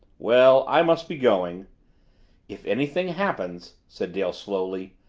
well i must be going if anything happens, said dale slowly,